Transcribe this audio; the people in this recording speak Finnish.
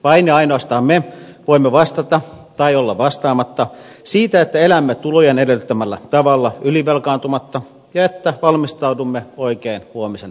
vain ja ainoastaan me voimme vastata tai olla vastaamatta siitä että elämme tulojen edellyttämällä tavalla ylivelkaantumatta ja että valmistaudumme oikein huomisen haasteisiin